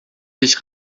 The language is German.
dich